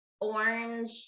orange